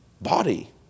body